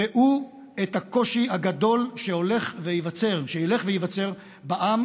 ראו את הקושי הגדול שילך וייווצר בעם.